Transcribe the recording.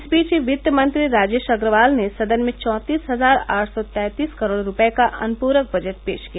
इस बीच वित्त मंत्री राजेश अग्रवाल ने सदन में चौतीस हजार आठ सौ तैतीस करोड़ रूपये का अनुप्रक बजट पेश किया